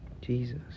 Jesus